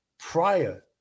prior